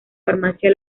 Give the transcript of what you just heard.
farmacia